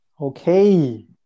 Okay